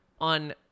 on